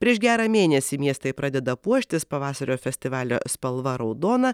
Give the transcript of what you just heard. prieš gerą mėnesį miestai pradeda puoštis pavasario festivalio spalva raudona